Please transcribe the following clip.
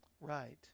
Right